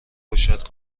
گشاد